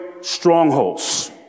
strongholds